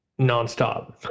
nonstop